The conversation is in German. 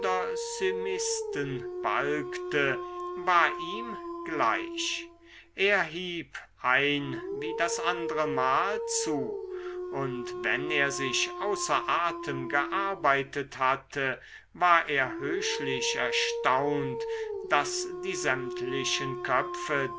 chymisten balgte war ihm gleich er hieb ein wie das andre mal zu und wenn er sich außer atem gearbeitet hatte war er höchlich erstaunt daß die sämtlichen köpfe